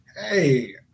hey